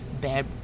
bad